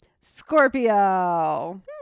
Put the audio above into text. Scorpio